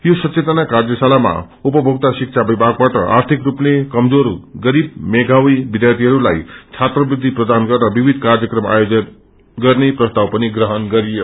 यो सचेतना कार्यशालामा उपभोक्त शिक्षा विभागबाट आर्थिक स्रपले कमजोर गरीब मेघावी विध्यार्थीहरूलाइ छात्रवृत्ति प्रदान गर्न विविध कार्यक्रम आयोजन गर्ने प्रस्ताव पनि ग्रहण गरियो